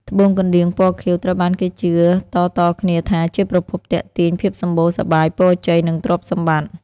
ត្បូងកណ្តៀងពណ៌ខៀវ ត្រូវបានគេជឿតៗគ្នាថា ជាប្រភពទាក់ទាញភាពសម្បូរសប្បាយ ពរជ័យ និងទ្រព្យសម្បត្តិ។